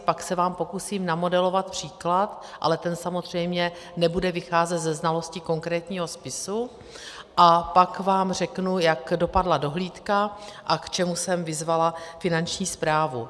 Pak se vám pokusím namodelovat příklad, ale ten samozřejmě nebude vycházet ze znalosti konkrétního spisu, a pak vám řeknu, jak dopadla dohlídka a k čemu jsem vyzvala Finanční správu.